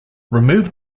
remove